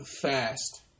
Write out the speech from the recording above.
fast